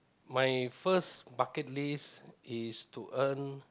my first bucket list is to earn